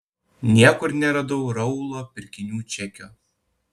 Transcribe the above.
niekur neradau raulo pirkinių čekio